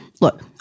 look